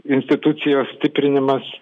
institucijos stiprinimas